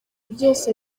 byose